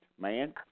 man